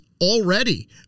already